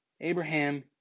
Abraham